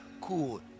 cool